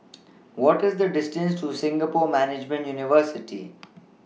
What IS The distance to Singapore Management University